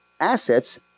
assets